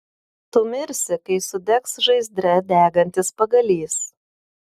tu mirsi kai sudegs žaizdre degantis pagalys